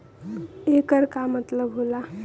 येकर का मतलब होला?